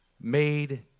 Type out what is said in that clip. made